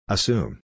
Assume